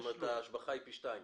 זאת אומרת שההשבחה היא פי שתיים.